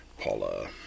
Paula